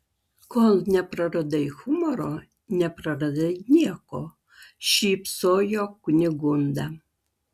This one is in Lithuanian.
kol nepraradai humoro nepraradai nieko šypsojo kunigunda